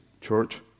church